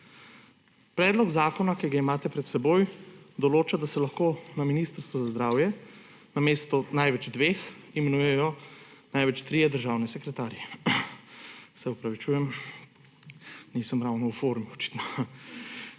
Predlog zakona, ki ga imate pred seboj, določa, da se lahko na Ministrstvu za zdravje namesto največ dveh, imenujejo največ trije državni sekretarji. (zakašlja) Se opravičujem, nisem ravno v formi, očitno.